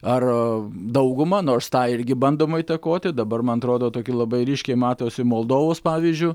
ar daugumą nors tą irgi bandoma įtakoti dabar man atrodo toki labai ryškiai matosi moldovos pavyzdžiu